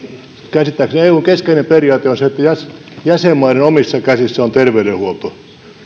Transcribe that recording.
kyllä käsittääkseni eun keskeinen periaate on se että jäsenmaiden omissa käsissä on terveydenhuolto ja